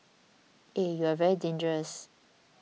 eh you are very dangerous